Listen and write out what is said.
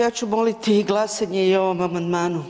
Ja ću moliti glasanje i o ovom amandmanu.